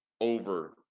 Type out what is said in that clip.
over